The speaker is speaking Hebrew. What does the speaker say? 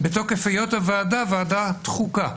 בתוקף היות הוועדה ועדת חוקה.